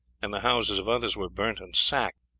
and the houses of others were burnt and sacked.